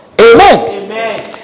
Amen